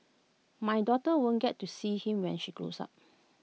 my daughter won't get to see him when she grows up